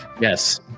Yes